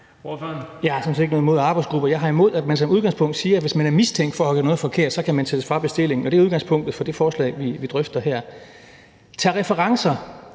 Jeg har noget imod, at man som udgangspunkt siger, at hvis man er mistænkt for at have gjort noget forkert, så kan man sættes fra bestillingen. Og det er udgangspunktet for det forslag, vi drøfter her. Tag referencer!